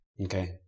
Okay